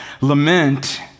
Lament